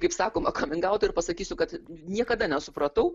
kaip sakoma kaming aut ir pasakysiu kad niekada nesupratau